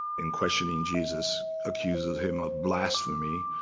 in questioning jesus, accuses him of blasphemy.